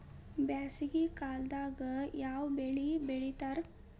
ಬ್ಯಾಸಗಿ ಕಾಲದಾಗ ಯಾವ ಬೆಳಿ ಬೆಳಿತಾರ?